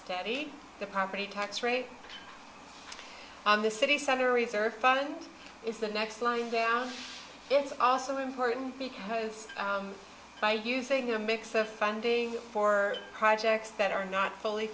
steady the property tax rate on the city center reserve fund is the next line is also important because by using a mix of funding for projects that are not fully